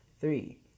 three